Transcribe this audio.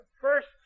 first